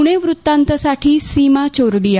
पुणे व्रत्तांतासाठी सीमा चोरडिया